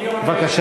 מי עונה, בבקשה?